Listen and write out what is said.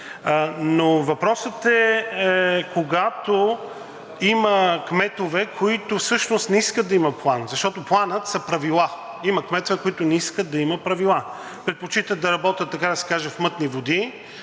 Но въпросът е, когато има кметове, които всъщност не искат да има план, защото планът са правила, а има кметове, които не искат да има правила. Предпочитат да работят, така да се каже, в мътни води